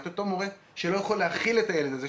את אותו מורה שלא יכול להכיל את הילד הזה,